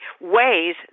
ways